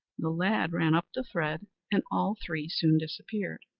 the lad ran up the thread, and all three soon disappeared.